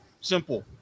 Simple